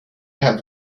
have